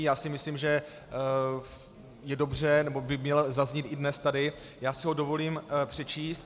Já si myslím, že je dobře nebo by mělo zaznít dnes tady, já si ho dovolím přečíst.